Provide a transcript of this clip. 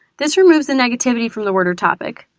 this removes the negativity from the word or topic.